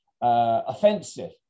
offensive